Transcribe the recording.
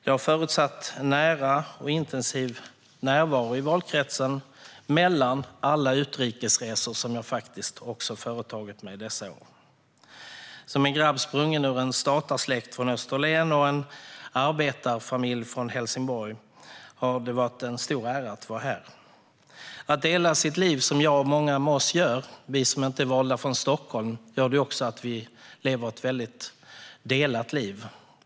Det har förutsatt en nära och intensiv närvaro i valkretsen mellan alla utrikesresor som jag faktiskt också har företagit mig dessa år. För en grabb sprungen ur en statarsläkt från Österlen och en arbetarfamilj från Helsingborg har det varit en stor ära att vara här. Vi är många folkvalda som inte är från Stockholm, och vi lever ett delat liv.